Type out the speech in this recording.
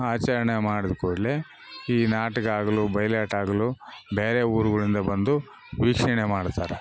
ಆಚರಣೆ ಮಾಡಿದ ಕೂಡಲೆ ಈ ನಾಟಕ ಆಗ್ಲು ಬೈಲಾಟ ಆಗ್ಲು ಬೇರೆ ಊರುಗಳಿಂದ ಬಂದು ವೀಕ್ಷಣೆ ಮಾಡ್ತಾರೆ